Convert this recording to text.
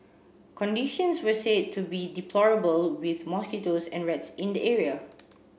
conditions were said to be deplorable with mosquitoes and rats in the area